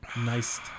nice